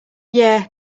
yeah